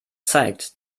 zeigt